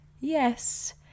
Yes